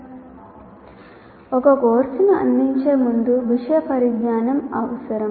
ఈ భాగాలలో ప్రతి ఒక్కటి చూద్దాం ఒక కోర్సును అందించే ముందు విషయ పరిజ్ఞానం అవసరం